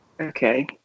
okay